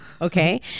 okay